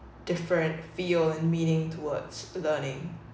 different feel and meaning towards learning